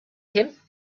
him